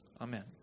amen